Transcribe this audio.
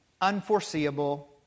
unforeseeable